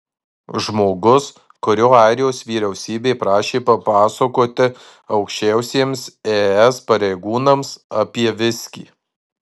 žmogus kurio airijos vyriausybė prašė papasakoti aukščiausiems es pareigūnams apie viskį